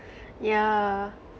yeah